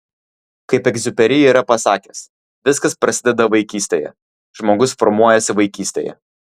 kaip egziuperi yra pasakęs viskas prasideda vaikystėje žmogus formuojasi vaikystėje